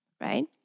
Right